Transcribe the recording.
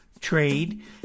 trade